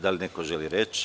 Da li neko želi reč?